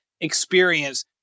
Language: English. experience